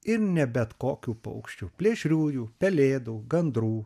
ir ne bet kokių paukščių plėšriųjų pelėdų gandrų